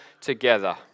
together